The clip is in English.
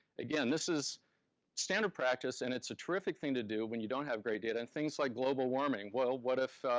again, this is standard practice, and it's a terrific thing to do when you don't have great data. and things like global warming. well, what if